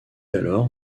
alors